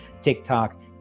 TikTok